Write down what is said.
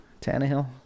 Tannehill